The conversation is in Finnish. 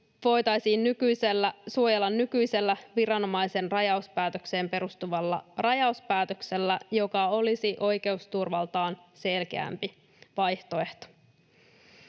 voitaisiin suojella nykyisellä viranomaisen rajauspäätökseen perustuvalla rajauspäätöksellä, joka olisi oikeusturvaltaan selkeämpi vaihtoehto.